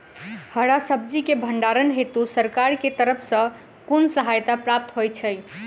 हरा सब्जी केँ भण्डारण हेतु सरकार की तरफ सँ कुन सहायता प्राप्त होइ छै?